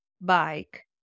bike